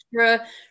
extra